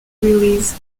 release